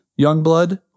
Youngblood